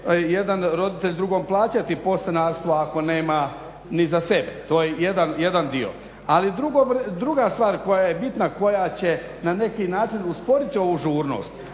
jedan roditelj drugom plaćati postanarstvo ako nema ni za sebe, to je jedan dio. Ali druga stvar koja je bitna, koja će na neki način osporiti ovu žurnost